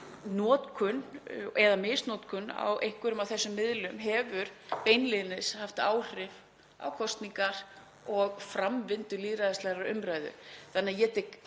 ljóst að misnotkun á einhverjum af þessum miðlum hefur beinlínis haft áhrif á kosningar og framvindu lýðræðislegrar umræðu.